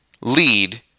lead